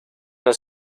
los